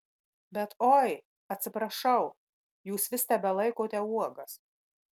bet oi atsiprašau jūs vis tebelaikote uogas